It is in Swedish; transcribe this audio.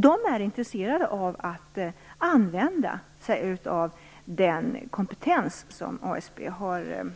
Där är man intresserad av att använda sig av den kompetens som ASB har